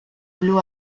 blu